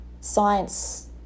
Science